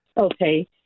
Okay